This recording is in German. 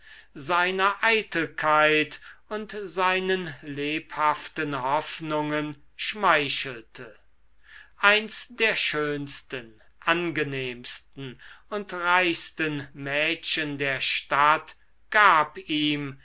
seiner eitelkeit und seinen lebhaften hoffnungen schmeichelte eins der schönsten angenehmsten und reichsten mädchen der stadt gab ihm